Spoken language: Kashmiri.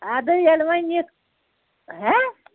اَدٕ ییٚلہِ وۅنۍ نِکھ